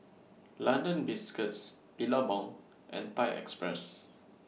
London Biscuits Billabong and Thai Express